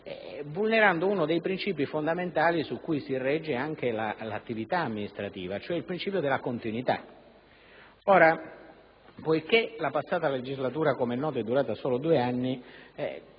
vulnerando uno dei principi fondamentali su cui si regge l'attività amministrativa, vale a dire il principio della continuità. Poiché la passata legislatura, come è noto, è durata solo due anni,